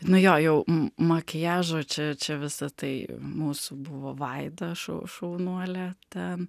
nu jo jau m makiažo čia čia visa tai mūsų buvo vaida šau šaunuolė ten